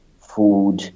food